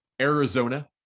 Arizona